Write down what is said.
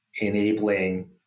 enabling